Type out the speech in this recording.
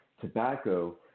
tobacco